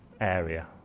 area